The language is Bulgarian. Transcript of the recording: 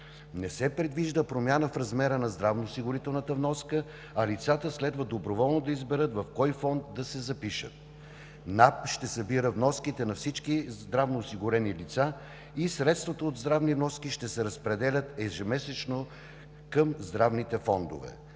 Не се предвижда промяна в размера на здравноосигурителната вноска, а лицата следва доброволно да изберат в кой фонд да се запишат. Националната агенция за приходите ще събира вноските на всички здравноосигурени лица и средствата от здравните вноски ще се разпределят ежемесечно към здравните фондове.